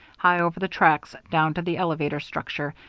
high over the tracks, down to the elevator structure,